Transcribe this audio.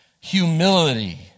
humility